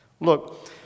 Look